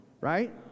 right